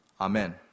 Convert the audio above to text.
Amen